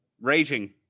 raging